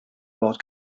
about